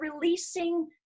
releasing